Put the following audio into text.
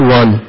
one